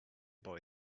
boy